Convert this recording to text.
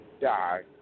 die